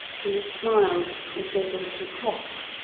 he smiled, and gave a little cough.